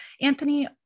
Anthony